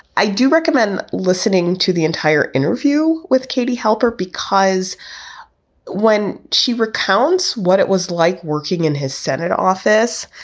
i do recommend listening to the entire interview with katie helper because when she recounts what it was like working in his senate office,